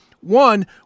one